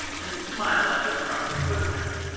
and smile at you across the footlights.